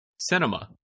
Cinema